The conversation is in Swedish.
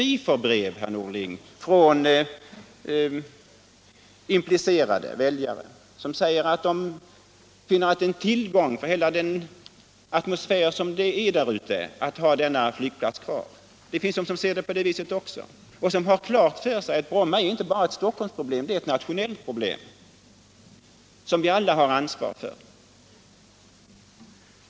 Vi får brev, herr Norling, från intresserade väljare som säger att flygplatsen är en tillgång för atmosfären där ute. Det finns de som ser det på det sättet också och som har klart för sig att Bromma inte bara är ett Stockholmsproblem — det är ett nationellt problem, som vi alla har ansvar för.